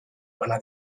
bana